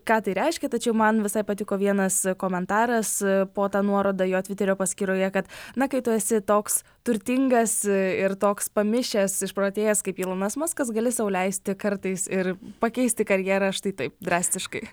ką tai reiškia tačiau man visai patiko vienas komentaras po ta nuorod jo tviterio paskyroje kad na kai tu esi toks turtingas ir toks pamišęs išprotėjęs kaip ylonas maskas gali sau leisti kartais ir pakeisti karjerą štai taip drastiškai